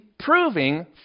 proving